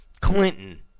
Clinton